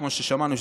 כמו ששמענו,